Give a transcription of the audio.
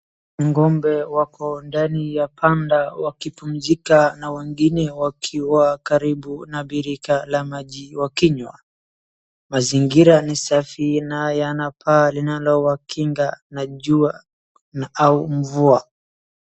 Ng'ombe wako ndani ya panda wakipumzika na wengine wakiwa karibu na birika la maji wakinywa. Mazingira ni safi na yana paa linalowakinga na jua au mvua.